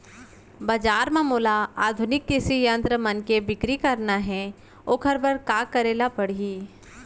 बजार म मोला आधुनिक कृषि यंत्र मन के बिक्री करना हे ओखर बर का करे ल पड़ही?